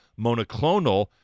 Monoclonal